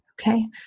Okay